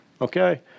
okay